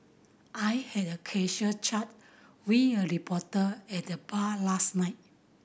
I had a casual chat with a reporter at the bar last night